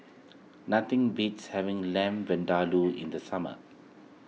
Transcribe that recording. nothing beats having Lamb Vindaloo in the summer